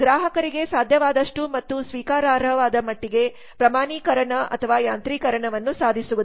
ಗ್ರಾಹಕರಿಗೆ ಸಾಧ್ಯವಾದಷ್ಟು ಮತ್ತು ಸ್ವೀಕಾರಾರ್ಹವಾದ ಮಟ್ಟಿಗೆ ಪ್ರಮಾಣೀಕರಣ ಅಥವಾ ಯಾಂತ್ರೀಕರಣವನ್ನು ಸಾಧಿಸುವುದು